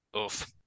Oof